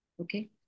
okay